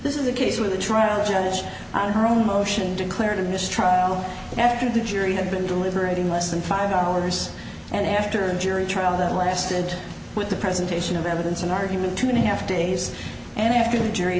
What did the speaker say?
this is a case where the trial judge on her own motion declared a mistrial after the jury had been deliberating less than five hours and after a jury trial that lasted with the presentation of evidence and argument to the half days and after the jury